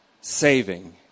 saving